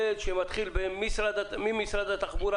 שמתחילים ממשרד התחבורה,